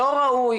לא ראוי,